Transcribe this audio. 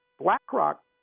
BlackRock